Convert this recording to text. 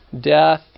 death